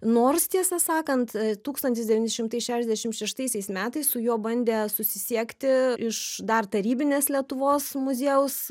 nors tiesą sakant tūkstantis devyni šimtai šešiasdešimt šeštaisiais metais su juo bandė susisiekti iš dar tarybinės lietuvos muziejaus